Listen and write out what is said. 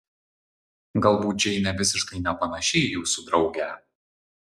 galbūt džeinė visiškai nepanaši į jūsų draugę